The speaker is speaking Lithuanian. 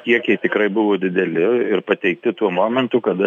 kiekiai tikrai buvo dideli ir pateikti tuo momentu kada